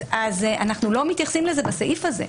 אנחנו לא מתייחסים לזה בסעיף הזה.